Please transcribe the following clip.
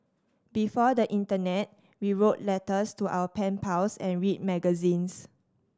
before the internet we wrote letters to our pen pals and read magazines